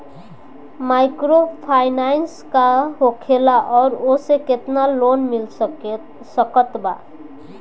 Microfinance का होखेला और ओसे केतना लोन मिल सकत बा?